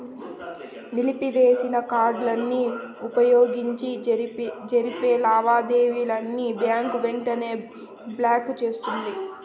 నిలిపివేసిన కార్డుని వుపయోగించి జరిపే లావాదేవీలని బ్యాంకు వెంటనే బ్లాకు చేస్తుంది